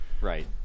Right